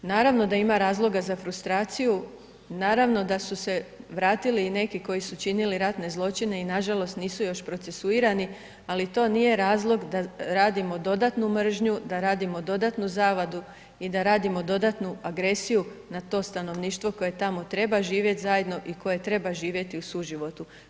Naravno da ima razloga za frustraciju, naravno da su se vratili i neki koji su činili ratne zločine i nažalost nisu još procesuirani ali to nije razlog da radimo dodatnu mržnju, da radimo dodatnu zavadu i da radimo dodatnu agresiju na to stanovništvo koje tamo treba živjet zajedno i koje treba živjeti zajedno i koje treba živjeti u suživotu.